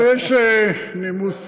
לא, יש איזה נימוס